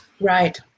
Right